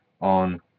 on